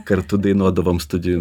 kartu dainuodavom studijų